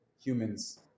humans